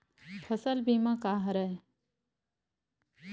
फसल बीमा का हरय?